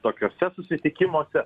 tokiuose susitikimuose